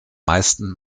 meisten